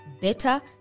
better